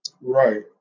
Right